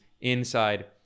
inside